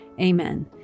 Amen